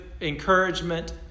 encouragement